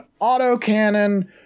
autocannon